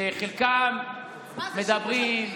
שחלקם מדברים,